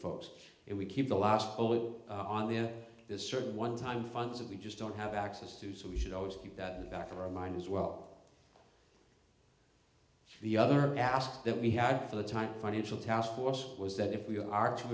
folks and we keep the law school on the air this certain one time funds that we just don't have access to so we should always keep that in the back of our mind as well the other task that we had for the time financial task force was that if we are to